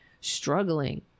Struggling